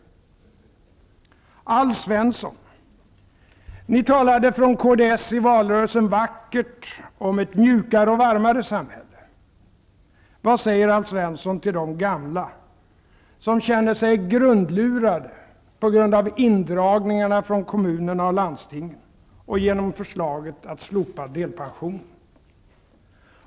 Till Alf Svensson: Ni i Kds talade i valrörelsen vackert om ett mjukare och varmare samhälle. Vad säger Alf Svensson till de gamla som känner sig grundlurade på grund av indragningarna från kommunerna och landstingen och genom förslaget att slopa delpensionen?